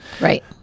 Right